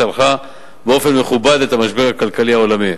צלחה באופן מכובד את המשבר הכלכלי העולמי.